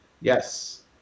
Yes